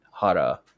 Hara